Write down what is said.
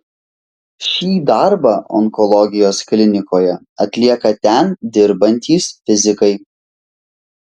šį darbą onkologijos klinikoje atlieka ten dirbantys fizikai